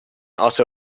also